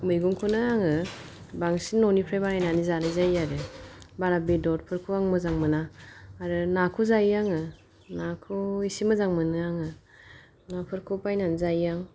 मैगंखौनो आङो बांसिन न'निफ्राय बानायनानै जानाय जायो आरो बारा बेदरफोरखौ आं मोजां मोना आरो नाखौ जायो आङो नाखौ इसे मोजां मोनो आङो नाफोरखौ बायनानै जायो आं